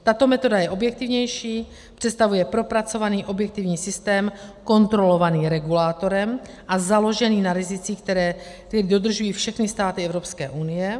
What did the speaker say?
Tato metoda je objektivnější, představuje propracovaný objektivní systém kontrolovaný regulátorem a založený na rizicích, která dodržují všechny státy Evropské unie.